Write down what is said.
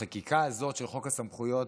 החקיקה הזאת של חוק הסמכויות,